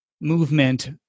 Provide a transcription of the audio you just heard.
movement